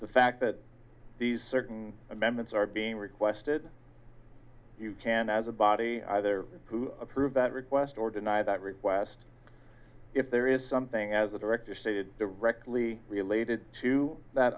the fact that these certain amendments are being requested you can as a body either who approve that request or deny that request if there is something as a directive stated directly related to that